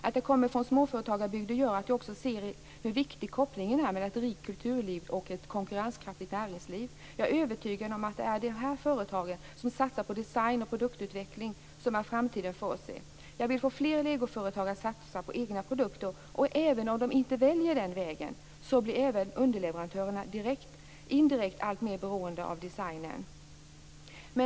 Att jag kommer från småföretagarbygder gör att jag också ser hur viktig kopplingen är mellan ett rikt kulturliv och ett konkurrenskraftigt näringsliv. Jag är övertygad om att det är de företag som satsar på design och produktutveckling som har framtiden för sig. Jag vill få fler legoföretag att satsa på egna produkter. Även om de inte väljer den vägen blir underleverantören ändå indirekt alltmer beroende av designen.